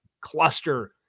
cluster